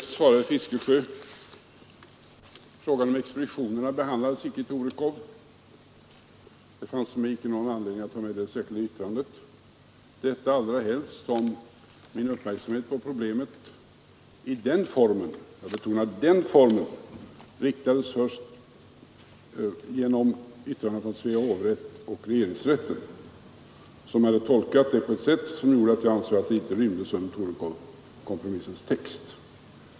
Herr talman! Jag kan mycket lätt svara herr Fiskesjö. Frågan om expeditionerna behandlades icke i Torekov. Det fanns därför icke någon anledning att ta med den i det särskilda yttrandet, detta så mycket mindre som min uppmärksamhet på problemet i den formen riktades först genom yttranden från Svea hovrätt och regeringsrätten, som hade tolkat det på ett sätt som gjorde att jag icke ansåg att det rymdes under Torekovkompromissens text.